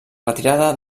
retirada